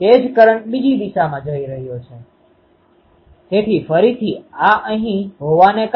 મને લાગે છે કે j×૦ Ime j૦r2Πr આપણે જોયું છે